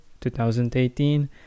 2018